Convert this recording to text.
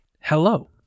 Hello